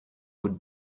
would